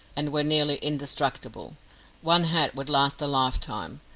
and were nearly indestructible one hat would last a lifetime,